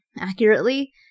accurately